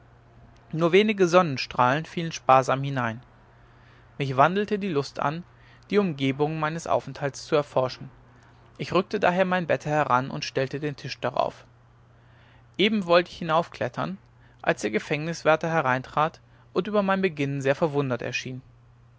nur wenige sonnenstrahlen fielen sparsam hinein mich wandelte die lust an die umgebungen meines aufenthaltes zu erforschen ich rückte daher mein bette heran und stellte den tisch darauf eben wollte ich hinaufklettern als der gefangenwärter hereintrat und über mein beginnen sehr verwundert schien